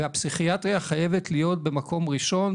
והפסיכיאטריה חייבת להיות במקום ראשון.